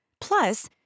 Plus